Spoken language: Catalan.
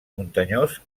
muntanyós